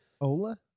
Ola